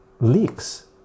leaks